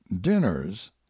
dinners